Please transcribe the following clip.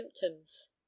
symptoms